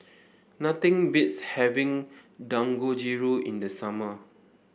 nothing beats having Dangojiru in the summer